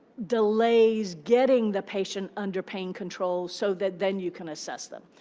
delays getting the patient under pain control so that then you can assess them.